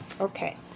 Okay